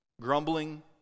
grumbling